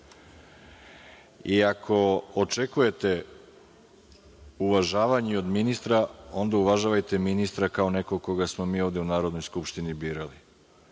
Ako očekujete uvažavanje od ministra, onda uvažavajte ministra kao nekog koga smo mi ovde u Narodnoj skupštini birali.